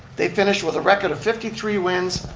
they finished with a record of fifty three wins,